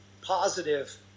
positive